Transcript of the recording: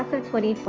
and twenty,